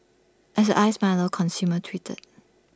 as the iced milo consumer tweeted